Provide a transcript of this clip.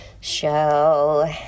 show